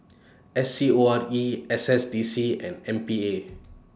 S C O R E S S D C and M P A